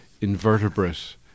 invertebrate